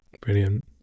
Brilliant